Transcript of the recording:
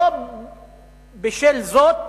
לא בשביל זאת